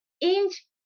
inch